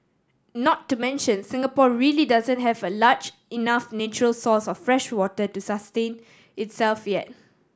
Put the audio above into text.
not to mention Singapore really doesn't have a large enough natural source of freshwater to sustain itself yet